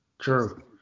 true